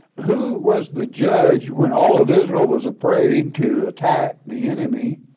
who was the judge when all of israel was afraid to attack the enemy